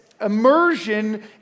immersion